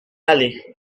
allez